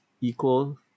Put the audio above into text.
equal